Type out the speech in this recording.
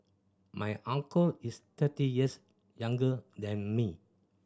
my uncle is thirty years younger than me